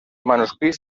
manuscrits